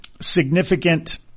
significant